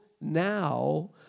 now